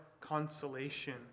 consolation